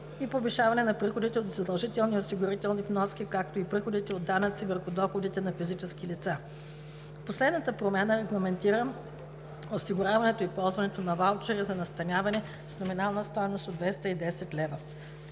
и повишаване на приходите от задължителни осигурителни вноски, както и приходите от данъци върху доходите на физическите лица. Последната промяна регламентира осигуряването и ползването на ваучери за настаняване с номинална стойност от 210 лв.